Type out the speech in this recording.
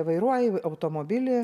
vairuoji automobilį